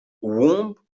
womb